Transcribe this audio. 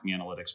analytics